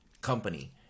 company